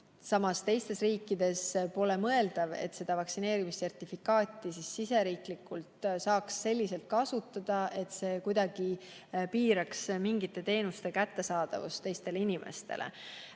samas teistes riikides pole mõeldav, et seda vaktsineerimissertifikaati saaks riigisiseselt kasutada nii, et see kuidagi piiraks mingite teenuste kättesaadavust teistele inimestele.